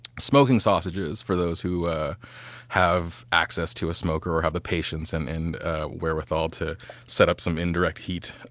smoking sausages, for those who have access to a smoker or have the patience and and ah wherewithal to set up some indirect heat,